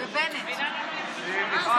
העירו